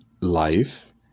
life